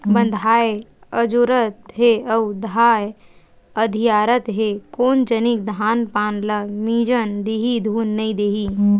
बंधाए अजोरत हे अउ धाय अधियारत हे कोन जनिक धान पान ल मिजन दिही धुन नइ देही